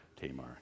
Tamar